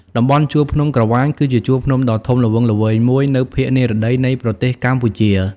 តំបន់ជួរភ្នំក្រវាញ គឺជាជួរភ្នំដ៏ធំល្វឹងល្វើយមួយនៅភាគនិរតីនៃប្រទេសកម្ពុជា។